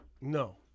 No